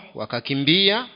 wakakimbia